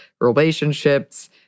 relationships